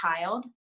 child